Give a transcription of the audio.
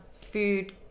food